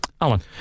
Alan